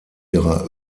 ihrer